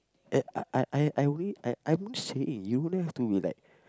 at I I I weigh I I must say you have to be like